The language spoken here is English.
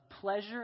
pleasure